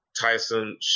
Tyson